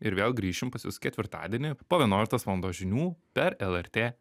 ir vėl grįšim pas jus ketvirtadienį po vienuoliktos valandos žinių per lrt